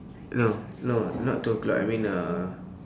no no not two o'clock I mean uh